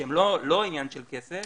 שהם לא עניין של כסף,